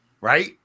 Right